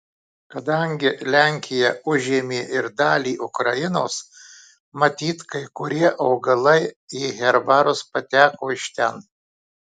kadangi lenkija užėmė ir dalį ukrainos matyt kai kurie augalai į herbarus pateko iš ten